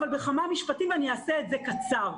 אבל בכמה משפטים אני אעשה את זה קצר.